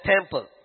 temple